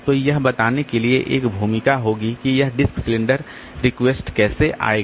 तो यह बताने के लिए एक भूमिका होगी कि यह डिस्क सिलेंडर रिक्वेस्ट कैसे आएगा